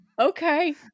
Okay